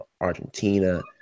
Argentina